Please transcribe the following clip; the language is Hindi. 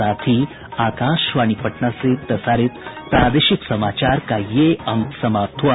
इसके साथ ही आकाशवाणी पटना से प्रसारित प्रादेशिक समाचार का ये अंक समाप्त हुआ